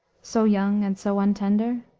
so young and so untender?